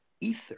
ether